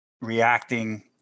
reacting